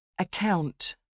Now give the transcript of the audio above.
Account